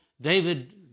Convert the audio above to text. David